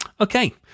Okay